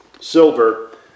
Silver